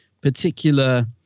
particular